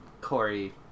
Corey